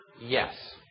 yes